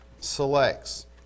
selects